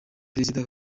perezida